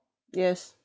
yes